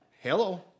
Hello